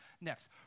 next